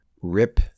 Rip